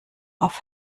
auf